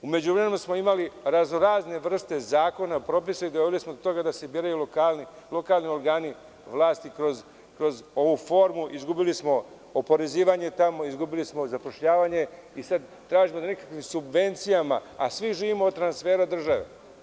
U međuvremenu smo imali raznorazne vrste zakona i propisa i doveli smo doveli smo do toga da se biraju lokalni organi vlasti kroz ovu formu i izgubili smo porezivanje i zapošljavanje i sada tražimo da nekakvim subvencijama, a svi živimo od transfera države.